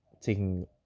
taking